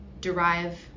derive